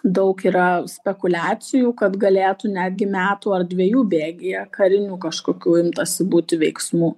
daug yra spekuliacijų kad galėtų netgi metų ar dviejų bėgyje karinių kažkokių imtasi būti veiksmų